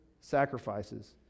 sacrifices